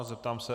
Zeptám se...